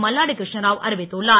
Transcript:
மல்லாடி கிருஷ்ணராவ் அறிவித்துள்ளார்